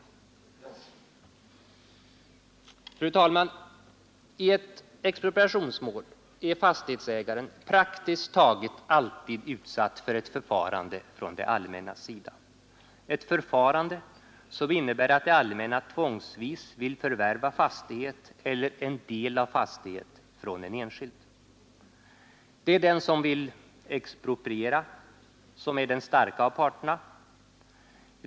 Fru talman! I ett expropriationsmål är fastighetsägaren praktiskt taget alltid utsatt för ett förfarande från det allmännas sida, ett förfarande som innebär att det allmänna tvångsvis vill förvärva fastighet eller en del av fastighet från en enskild. Det är den som vill expropriera som är den starka av parterna.